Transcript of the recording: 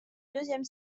deuxième